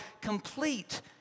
complete